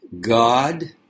God